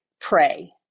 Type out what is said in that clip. pray